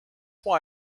why